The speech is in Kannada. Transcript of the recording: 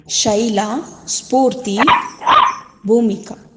ಶೈಲಾ ಸ್ಪೂರ್ತಿ ಭೂಮಿಕಾ